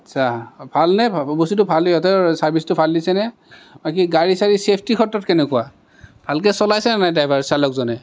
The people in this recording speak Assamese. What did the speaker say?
আচ্ছা ভালনে বস্তুটো ভাল ইহঁতৰ চাৰ্ভিছটো ভাল দিছেনে আৰু কি গাড়ী চাৰি চেফটিৰ ক্ষেত্ৰত কেনেকুৱা ভালকৈ চলাইছেনে নাই ড্ৰাইভাৰ চালকজনে